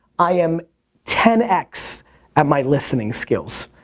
i am ten x at my listening skills,